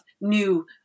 new